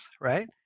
right